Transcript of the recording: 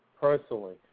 personally